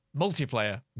multiplayer